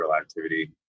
activity